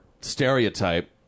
stereotype